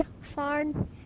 farm